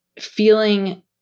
feeling